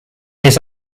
his